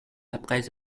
après